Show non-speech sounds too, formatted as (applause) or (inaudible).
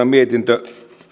(unintelligible) mietintö